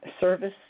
service